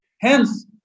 Hence